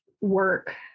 work